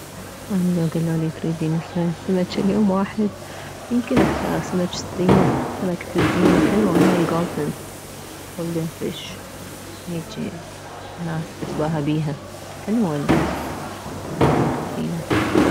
اني لو كلولي تريدين تصيرين سمجه ليوم واحد يمكن اختار سمج الزينة سمكة الزينة حلوة هاي الكولدن فيش هيجي ناس تتباها بيها حلوة السمك الزينة